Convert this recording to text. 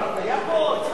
מסדר-היום.